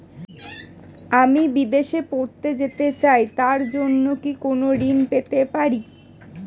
আমি বিদেশে পড়তে যেতে চাই তার জন্য কি কোন ঋণ পেতে পারি?